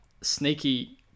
sneaky